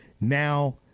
now